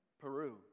Peru